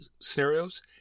scenarios